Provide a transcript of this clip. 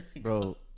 Bro